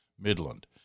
Midland